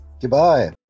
Goodbye